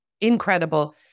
Incredible